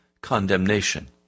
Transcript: condemnation